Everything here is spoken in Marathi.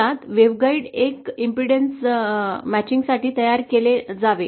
मुळात वेव्हगॉइड एक प्रतिबाधा जुळण्यासाठी तयार केले जावे